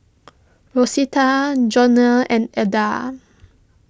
Rosita Joanie and Elda